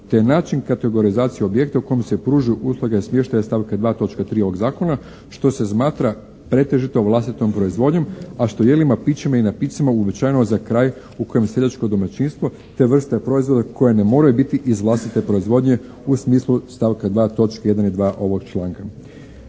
te način kategorizacije objekta u kojem se pružaju usluge smještaja iz stavka 2. točke 3. ovog zakona što se smatra pretežito vlastitom proizvodnjom a što je jelima, pićima i napicima uobičajeno za kraj u kojem je seljačko domaćinstvo te vrsta proizvoda koji ne moraju biti iz vlastite proizvodnje u smislu stavka 2. točke 1. i 2. ovog članka.